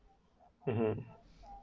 mmhmm